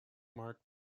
marked